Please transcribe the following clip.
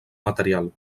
material